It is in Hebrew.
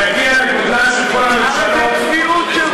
נגיע לגודלן של כל הממשלות, אבל זו צביעות שלך.